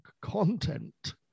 content